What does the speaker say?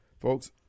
Folks